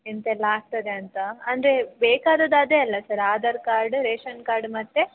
ಎಂತೆಲ್ಲ ಆಗ್ತದೆ ಅಂತ ಅಂದ್ರೆ ಬೇಕಾದದ್ದು ಅದೇ ಅಲ್ವ sir Aadhaar card ration card ಮತ್ತು